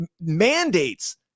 mandates